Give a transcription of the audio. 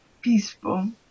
peaceful